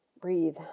breathe